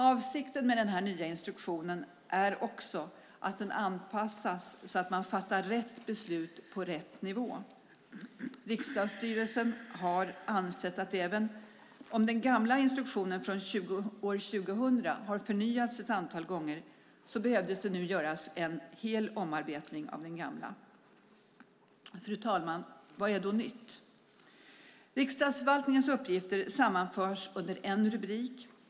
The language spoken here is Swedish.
Avsikten med denna nya instruktion är också att den anpassas så att man fattar rätt beslut på rätt nivå. Riksdagsstyrelsen har ansett att även om den gamla instruktionen från år 2000 har förnyats ett antal gånger, så behövde det nu göras en hel omarbetning av den gamla. Fru talman! Vad är då nytt? Riksdagsförvaltningens uppgifter sammanförs under en rubrik.